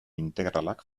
integralak